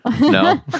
no